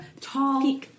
tall